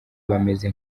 bameze